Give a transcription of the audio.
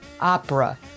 opera